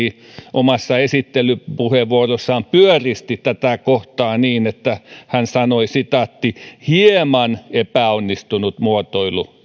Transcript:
omassa esittelypuheenvuorossaan pyöristi tätä kohtaa niin että hän sanoi hieman epäonnistunut muotoilu